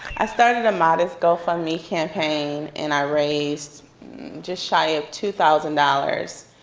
i started a modest gofundme campaign, and i raised just shy of two thousand dollars.